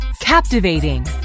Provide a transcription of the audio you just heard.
Captivating